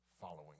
following